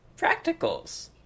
practicals